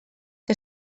que